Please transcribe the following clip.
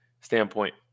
standpoint